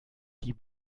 die